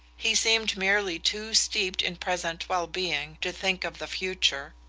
he seemed merely too steeped in present well-being to think of the future,